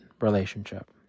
relationship